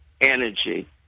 energy